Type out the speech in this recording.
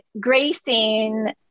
gracing